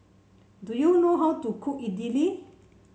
do you know how to cook Idili